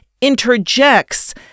interjects